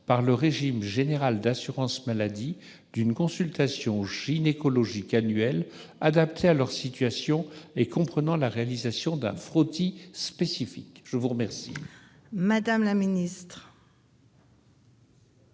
par le régime général d'assurance maladie d'une consultation gynécologique annuelle adaptée à leur situation et comprenant la réalisation d'un frottis spécifique ? La parole est à Mme la secrétaire